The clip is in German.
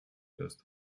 ist